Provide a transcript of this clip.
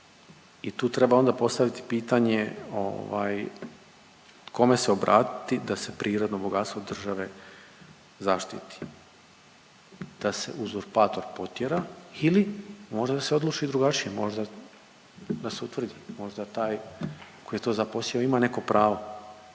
i tu treba onda postaviti pitanje, ovaj kome se obratiti da se prirodno bogatstvo države zaštiti, da se uzurpator potjera ili možda da se odluči drugačije, možda da se utvrdi, možda taj koji je to zaposjeo ima neko pravo.